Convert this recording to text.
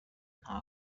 nta